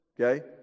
Okay